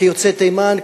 כיוצאי תימן,